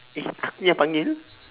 eh aku yang panggil